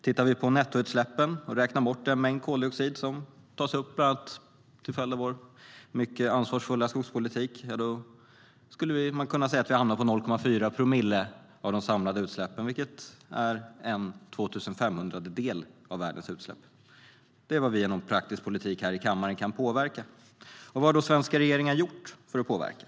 Tittar man på nettoutsläppen och räknar bort den mängd koldioxid som tas upp bland annat till följd av vår mycket ansvarsfulla skogspolitik skulle man kunna säga att vi hamnar på 0,4 promille av de samlade utsläppen, vilket är en 2 500-del av världens utsläpp. Det är vad vi genom praktisk politik här i kammaren kan påverka. Vad har då svenska regeringar gjort för att påverka?